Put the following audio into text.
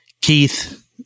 Keith